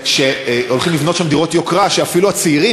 שהולכים לבנות שם דירות יוקרה שאפילו הצעירים,